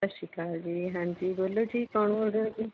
ਸਤਿ ਸ਼੍ਰੀ ਅਕਾਲ ਜੀ ਹਾਂਜੀ ਬੋਲੋ ਜੀ ਕੌਣ ਬੋਲ ਰਹੇ ਹੋ ਜੀ